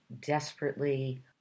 desperately